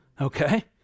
okay